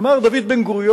אמר דוד בן-גוריון: